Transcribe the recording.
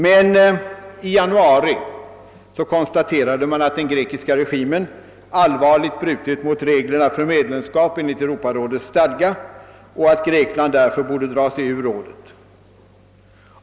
Men i januari i år konstaterade man att den grekiska regimen hade brutit allvarligt mot reglerna för medlemskap enligt Europarådets stadga och att Grekland därför borde dra sig ur rådet.